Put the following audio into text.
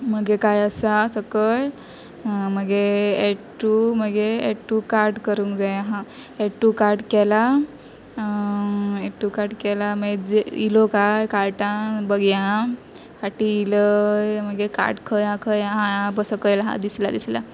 मागीर कांय आसा सकयल मागीर एड टू मागीर एड टू कार्ट करूंक जाय हा एड टू कार्ट केलां एड टू कार्ट केलां मागीर आयलो काय कार्टान बगुया आं फाटीं आयलें मागीर कार्ट खंय आसा खंय आसा आं ए पळय सकयल आसा दिसलां दिसलां